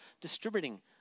distributing